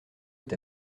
est